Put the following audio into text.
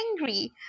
angry